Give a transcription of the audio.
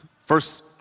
first